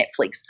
Netflix